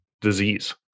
disease